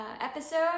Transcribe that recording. episode